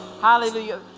Hallelujah